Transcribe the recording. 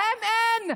להם אין.